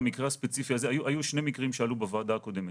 היו שני מקרים שעלו בוועדה הקודמת.